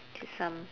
just some